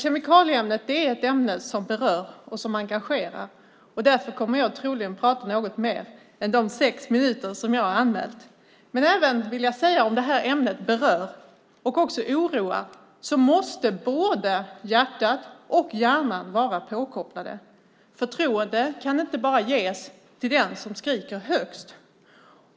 Kemikalieämnet berör och engagerar, och därför kommer jag troligen att tala något längre tid än de sex minuter som jag anmält att jag skulle tala. Men även om detta ämne berör och oroar måste både hjärtat och hjärnan vara påkopplade. Förtroende kan inte ges endast till den som skriker högst.